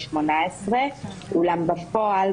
אולם בפועל,